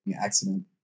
accident